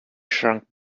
shrunk